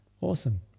Awesome